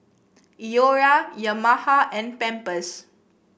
Iora Yamaha and Pampers